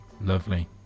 Lovely